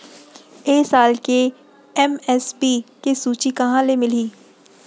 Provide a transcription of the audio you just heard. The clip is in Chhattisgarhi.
ए साल के एम.एस.पी के सूची कहाँ ले मिलही?